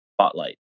spotlight